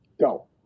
Go